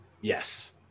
Yes